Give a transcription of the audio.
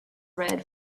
read